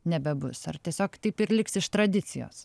nebebus ar tiesiog taip ir liks iš tradicijos